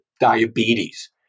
diabetes